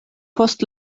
post